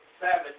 seven